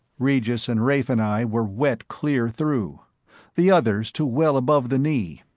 regis and rafe and i were wet clear through the others to well above the knee.